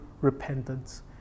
repentance